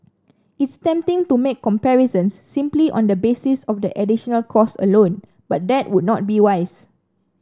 it's tempting to make comparisons simply on the basis of the additional cost alone but that would not be wise